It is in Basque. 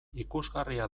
ikusgarria